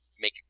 make